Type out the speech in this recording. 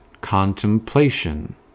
contemplation